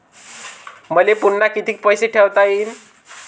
मले पुन्हा कितीक पैसे ठेवता येईन?